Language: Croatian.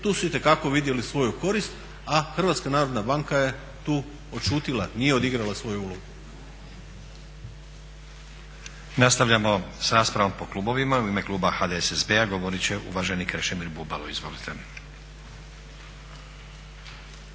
tu su itekako vidjeli svoju korist, a HNB je tu odšutjela, nije odigrala svoju ulogu.